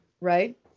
right